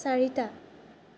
চাৰিটা